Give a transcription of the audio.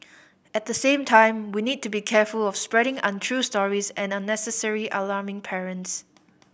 at the same time we need to be careful of spreading untrue stories and unnecessarily alarming parents